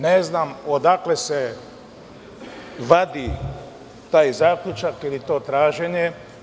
Ne znam odakle se vadi taj zaključak, ili to traženje.